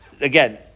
again